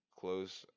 close